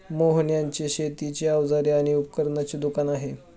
मोहन यांचे शेतीची अवजारे आणि उपकरणांचे दुकान आहे